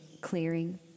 clearing